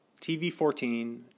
TV-14